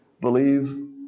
believe